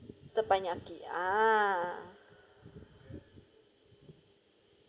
teppanyaki ah